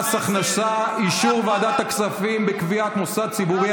הכנסה (אישור ועדת הכספים בקביעת מוסד ציבורי),